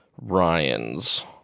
Ryan's